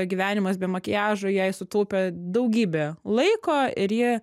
gyvenimas be makiažo jai sutaupė daugybe laiko ir ji